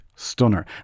Stunner